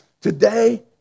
Today